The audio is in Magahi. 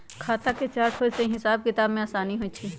खता के चार्ट होय से हिसाब किताब में असानी होइ छइ